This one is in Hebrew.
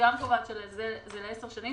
שזה לעשר שנים.